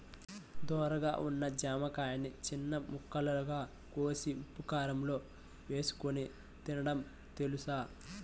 ధోరగా ఉన్న జామకాయని చిన్న ముక్కలుగా కోసి ఉప్పుకారంలో ఏసుకొని తినడం తెలుసా?